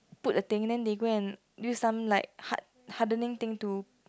put the thing then they go and use some like hard hardening thing to